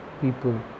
people